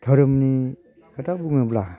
धोरोमनि खोथा बुङोब्ला